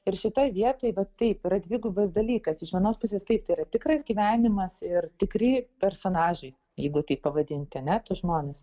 ir šitoj vietoj va taip yra dvigubas dalykas iš vienos pusės taip tai yra tikras gyvenimas ir tikri personažai jeigu taip pavadinti ane tuos žmones